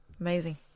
Amazing